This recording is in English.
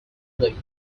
league